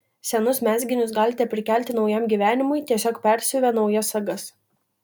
senus megztinius galite prikelti naujam gyvenimui tiesiog persiuvę naujas sagas